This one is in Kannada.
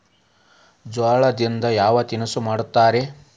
ಜೋಳದಿಂದ ಯಾವ ತಿನಸು ಮಾಡತಾರ?